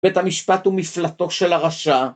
בית המשפט הוא מפלטו של הרשע